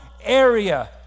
area